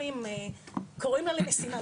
קוראים לה למשימה,